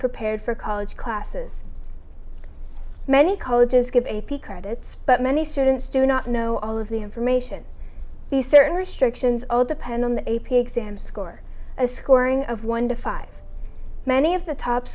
prepared for college classes many colleges give a p credits but many students do not know all of the information the certain restrictions all depend on the a p exam score a scoring of one to five many of the top